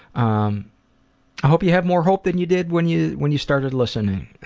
um i hope you have more hope than you did when you when you started listening